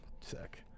Sick